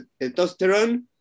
testosterone